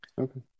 okay